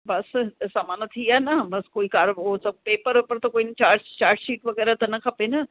बसि सामान थी विया न बसि कोई कार हो सभु पेपर वेपर त कोई न र्चाट चार्ट शीट वग़ैरह त न खपे न